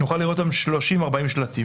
נוכל לראות שם 40-30 שלטים.